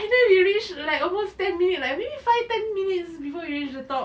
and then we reach like almost ten minute maybe five ten minutes before we reach the top